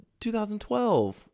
2012